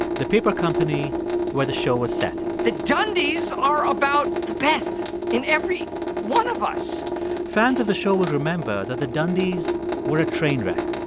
the paper company where the show was set the dundies are about the best in every one of us fans of the show will remember that the dundies were a train wreck,